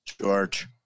George